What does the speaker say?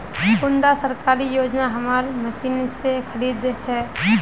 कुंडा सरकारी योजना हमार मशीन से खरीद छै?